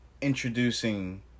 introducing